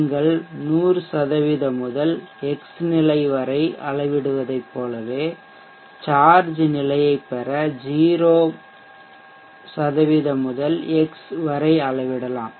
நீங்கள் 100 முதல் x நிலை வரை அளவிடுவதைப் போலவே சார்ஜ் நிலையைப் பெற 0 முதல் நிலை x வரை அளவிடலாம்